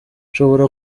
ushobora